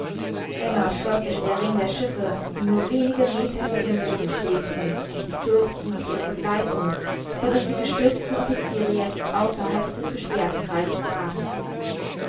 enger schloß sich der ring der schiffe die nur wenige meter über dem boden schwebten um die fürsten und ihre begleitung so daß die gestürzten offiziere jetzt außerhalb des gesperrten kreises lagen